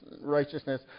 righteousness